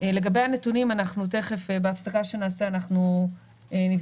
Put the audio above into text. לגבי הנתונים תכף בהפסקה שנעשה אנחנו נבדוק,